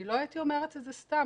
אני לא הייתי אומרת את זה סתם.